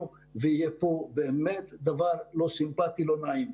ויהיה פה דבר באמת לא סימפטי ולא נעים.